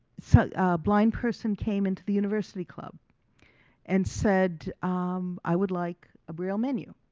so a blind person came into the university club and said um i would like a braille menu.